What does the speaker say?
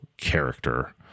character